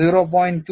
ഇത് 0